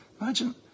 Imagine